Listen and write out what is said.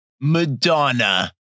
Madonna